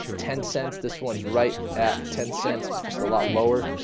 ten cents this one's right at ten cents just a lot lower